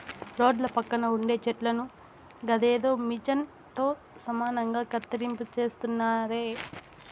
రోడ్ల పక్కన ఉండే చెట్లను గదేదో మిచన్ తో సమానంగా కత్తిరింపు చేస్తున్నారే